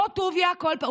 אותו טוביה כל פעם.